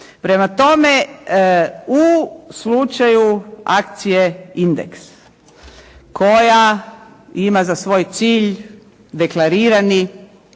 Prema tome u slučaju akcije „Indeks“ koja ima za svoj cilj deklarirani